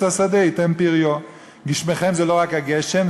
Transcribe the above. השדה יתן פריו" "גשמיכם" זה לא רק הגשם,